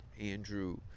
Andrew